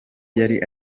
yari